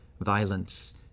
violence